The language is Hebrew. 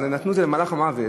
נתנו את זה למלאך המוות,